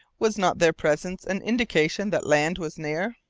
was not their presence an indication that land was near?